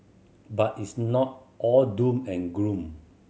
but it's not all doom and gloom